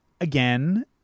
again